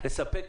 לספק